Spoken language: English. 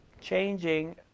changing